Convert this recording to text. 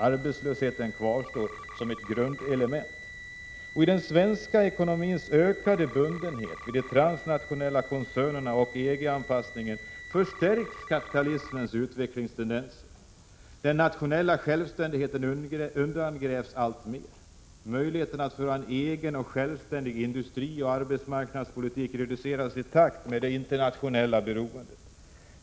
Arbetslösheten kvarstår som ett grundelement. I den svenska ekonomins ökade bundenhet vid de transnationella koncernerna och genom EG-anpassningen förstärks kapitalismens utvecklingstendenser. Den nationella självständigheten undergrävs alltmer. Möjligheten att föra en egen och självständig industrioch arbetsmarknadspolitik reduceras i takt med det internationella beroendet.